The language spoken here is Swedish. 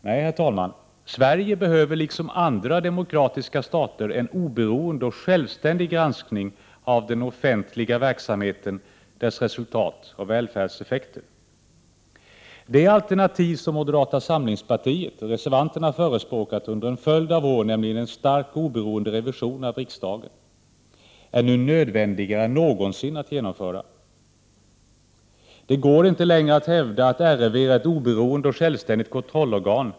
Nej, herr talman, Sverige behöver liksom andra demokratiska stater en oberoende och självständig granskning av den offentliga verksamheten, dess resultat och välfärdseffekter. Det alternativ som moderata samlingspartiet och reservanterna har förespråkat under en följd av år, nämligen en stark och oberoende revision av riksdagen, är nu nödvändigare än någonsin att genomföra. Det går inte längre att hävda att RRV är ett oberoende och självständigt kontrollorgan.